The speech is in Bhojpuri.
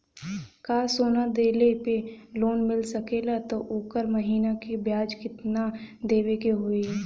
का सोना देले पे लोन मिल सकेला त ओकर महीना के ब्याज कितनादेवे के होई?